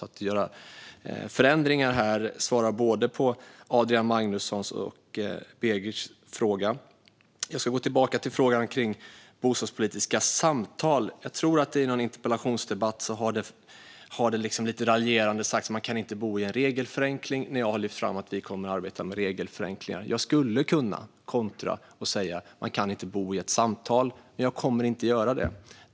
Att göra förändringar här är svar på både Adrian Magnussons och Begics fråga. Jag ska gå tillbaka till frågan om bostadspolitiska samtal. Jag tror att det i någon interpellationsdebatt lite raljerande har sagts att man inte kan bo i en regelförenkling när jag har lyft fram att vi kommer att arbeta med regelförenklingar. Jag skulle kunna kontra med att säga att man inte kan bo i ett samtal, men jag kommer inte att göra det.